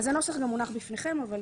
הנוסח מונח בפניכם, אבל